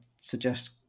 suggest